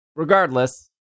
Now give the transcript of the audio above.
Regardless